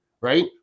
right